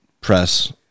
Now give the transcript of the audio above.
press